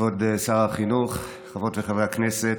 כבוד שר החינוך, חברות וחברי הכנסת,